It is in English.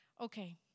Okay